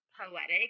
poetic